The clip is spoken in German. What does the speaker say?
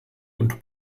und